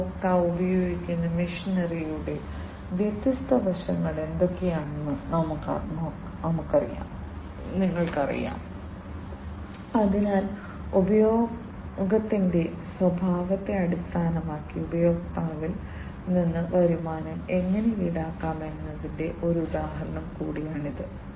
ഉപഭോക്താവ് ഉപയോഗിക്കുന്ന മെഷിനറിയുടെ വ്യത്യസ്ത വശങ്ങൾ എന്തൊക്കെയാണെന്ന് നിങ്ങൾക്കറിയാം അതിനാൽ ഉപയോഗത്തിന്റെ സ്വഭാവത്തെ അടിസ്ഥാനമാക്കി ഉപഭോക്താവിൽ നിന്ന് വരുമാനം എങ്ങനെ ഈടാക്കാം എന്നതിന്റെ ഒരു ഉദാഹരണം കൂടിയാണിത്